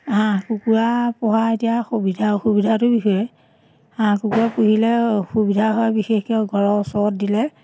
হাঁহ কুকুৰা পোহা এতিয়া সুবিধা অসুবিধাটো বিষয়ে হাঁহ কুকুৰা পুহিলে অসুবিধা হয় বিশেষকৈ ঘৰৰ ওচৰত দিলে